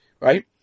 right